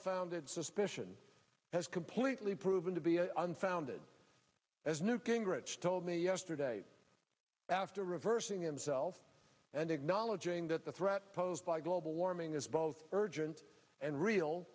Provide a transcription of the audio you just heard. founded suspicion has completely proven to be unfounded as newt gingrich told me yesterday after reversing himself and acknowledging that the threat posed by global warming is both urgent and real